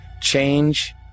change